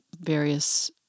various